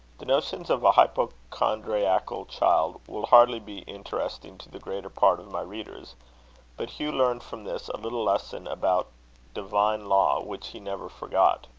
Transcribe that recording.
the notions of a hypochondriacal child will hardly be interesting to the greater part of my readers but hugh learned from this a little lesson about divine law which he never forgot.